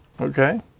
Okay